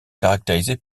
caractérisés